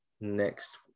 next